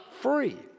free